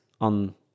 on